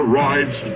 rides